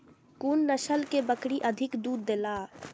कुन नस्ल के बकरी अधिक दूध देला?